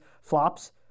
flops